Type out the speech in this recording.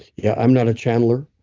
yeah, i'm not a channeler.